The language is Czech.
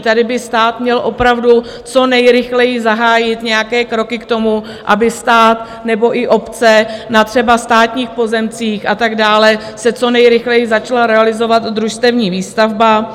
Tady by stát měl opravdu co nejrychleji zahájit nějaké kroky k tomu, aby stát nebo i obce třeba i na státních pozemcích a tak dále co nejrychleji začaly realizovat družstevní výstavbu.